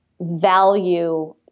value